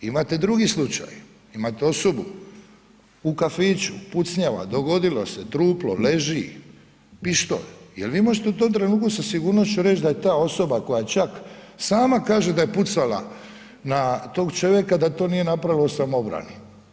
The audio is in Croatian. Imate drugi slučaj, imate osobu u kafiću, pucnjava, dogodilo se, truplo leži, pištolj, jel' vi možete u tom trenutku sa sigurnošću reći da je ta osoba koja čak sama kaže da je pucala na tog čovjeka, da to nije napravila u samoobrani?